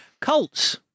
Cults